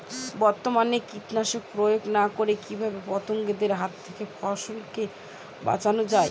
বর্তমানে কীটনাশক প্রয়োগ না করে কিভাবে পতঙ্গদের হাত থেকে ফসলকে বাঁচানো যায়?